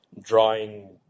drawing